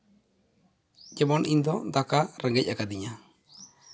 ᱡᱮᱢᱚᱱ ᱤᱧᱫᱚ ᱫᱟᱠᱟ ᱨᱮᱸᱜᱮᱡ ᱟᱠᱟᱫᱤᱧᱟᱹ